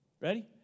Ready